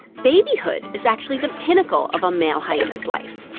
babyhood is actually the pinnacle of a male hyena's life.